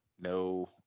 no